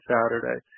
Saturday